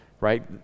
right